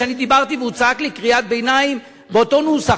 כשאני דיברתי והוא צעק לי קריאת ביניים באותו נוסח.